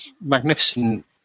magnificent